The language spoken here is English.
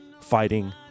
fighting